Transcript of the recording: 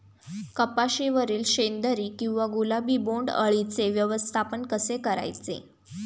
कपाशिवरील शेंदरी किंवा गुलाबी बोंडअळीचे व्यवस्थापन कसे करायचे?